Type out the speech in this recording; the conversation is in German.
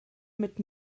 mit